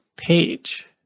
Page